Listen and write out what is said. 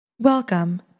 Welcome